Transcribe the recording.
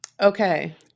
Okay